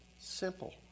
simple